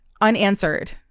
Unanswered